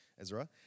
Ezra